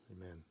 Amen